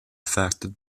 affected